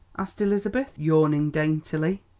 asked elizabeth, yawning daintily.